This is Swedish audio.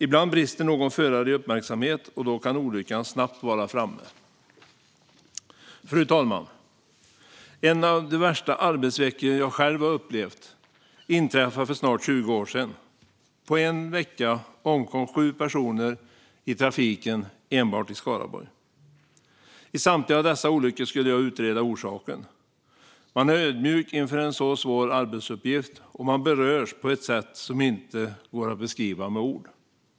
Ibland brister någon förare i uppmärksamhet, och då kan olyckan snabbt vara framme. Fru talman! En av de värsta arbetsveckorna jag har upplevt inträffade för snart 20 år sedan. På en vecka omkom sju personer i trafiken enbart i Skaraborg. I samtliga av dessa olyckor skulle jag utreda orsaken. Man är ödmjuk inför en så svår arbetsuppgift, och man berörs på ett sätt som inte går att beskriva med ord.